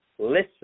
Listen